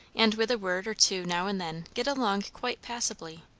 and with a word or two now and then get along quite passably.